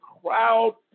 crowd